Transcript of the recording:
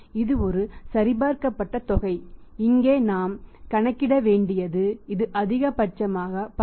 இது ஒரு சரிபார்க்கப்பட்ட தொகை இங்கே நாம் கணக்கிட வேண்டியது இது அதிகபட்சமாக 10